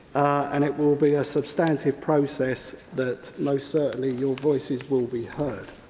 and it will be a substantive process that most certainly your voices will be heard.